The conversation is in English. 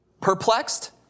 Perplexed